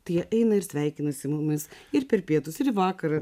tie eina ir sveikinasi su mumis ir per pietus ir į vakarą